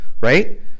Right